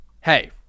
hey